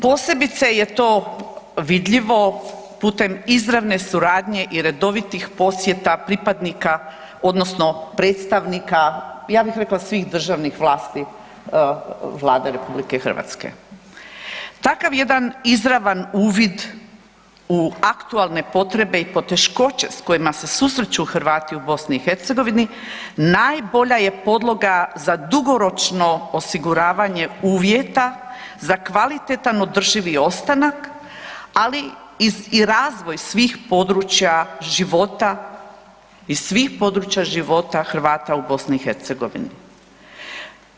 Posebice je to vidljivo putem izravne suradnje i redovitih posjeta pripadnika odnosno predstavnika, ja bih rekla svih državnih vlasti Vlade RH. takav jedan izravan uvid u aktualne potrebe i poteškoće s kojima se susreću Hrvati u BiH-u, najbolja je podloga za dugoročno osiguravanje uvjeta, za kvalitetan održivi ostanak, ali i razvoj svih područja života i svih područja života Hrvata u BiH-u.